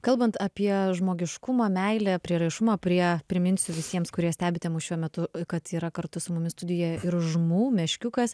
kalbant apie žmogiškumą meilę prieraišumą prie priminsiu visiems kurie stebite mus šiuo metu kad yra kartu su mumis studijoje ir žmu meškiukas